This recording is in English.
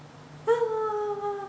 ya !wah!